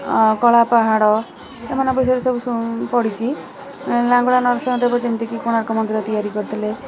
କଳାପାହାଡ଼ ଏମାନଙ୍କ ସବୁ ପଢ଼ିଛି ଲାଙ୍ଗୁଡ଼ା ନରସିଂହଦେବ ଯେମିତିକି କୋଣାର୍କ ମନ୍ଦିର ତିଆରି କରିଥିଲେ